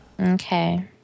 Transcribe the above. Okay